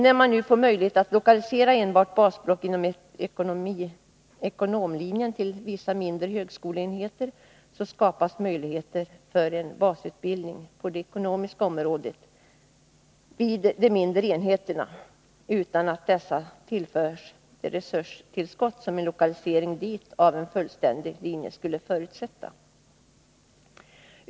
När man nu får möjlighet att lokalisera enbart basblock inom ekonomlinjen till vissa mindre högskoleenheter, så skapas möjligheter för en basutbildning på det ekonomiska området vid de mindre enheterna utan att dessa tillförs de resurstillskott som en lokalisering dit av en fullständig linje skulle förutsätta.